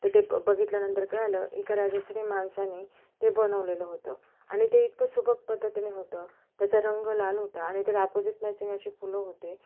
त ते प बघितल्यानंतर कळालं एका राजस्थानी माणसानी ते बनवलेलं होतं आणि ते इतकं सुबक पद्धतीने होतं त्याचा रंग लाल होता आणि त्याला आपोजिट मॅचिंग अशी फुलं होते